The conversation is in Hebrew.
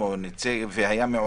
לא ניתנה לי הזדמנות להתייחס קודם לכן